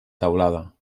teulada